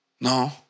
No